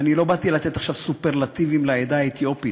ואני לא באתי לתת עכשיו סופרלטיבים לעדה האתיופית,